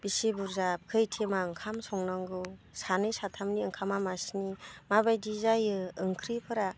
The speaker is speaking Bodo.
बिसि बुरजा खै थेमा ओंखाम संनांगौ सानै साथामनि ओंखामा मासिनि माबायदि जायो ओंख्रिफोरा